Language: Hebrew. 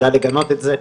ידע לגנות את זה.